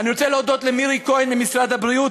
אני רוצה להודות למירי כהן ממשרד הבריאות,